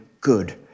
good